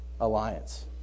alliance